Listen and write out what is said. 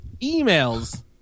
emails